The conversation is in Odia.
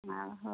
ହ ହଉ